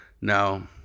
Now